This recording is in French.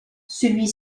celle